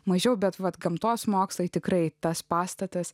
mažiau bet vat gamtos mokslai tikrai tas pastatas